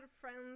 friends